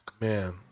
man